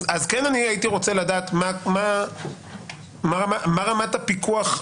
לכן כן הייתי רוצה לדעת מה רמת הפיקוח,